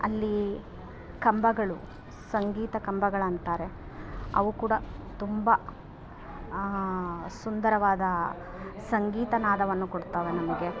ಅಲ್ಲಿ ಕಂಬಗಳು ಸಂಗೀತ ಕಂಬಗಳಂತಾರೆ ಅವು ಕೂಡ ತುಂಬ ಸುಂದರವಾದ ಸಂಗೀತ ನಾದವನ್ನು ಕೊಡ್ತವೆ ನಮಗೆ